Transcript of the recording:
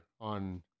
on